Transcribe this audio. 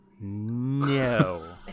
No